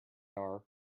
are